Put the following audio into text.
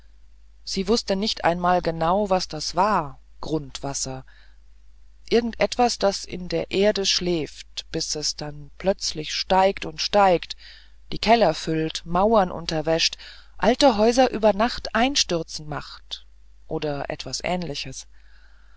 sie wußte nicht einmal genau was das war grundwasser irgend etwas was in der erde schläft bis es dann plötzlich steigt und steigt die keller erfüllt mauer unterwäscht alte häuser über nacht einstürzen macht oder etwas ähnliches